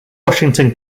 washington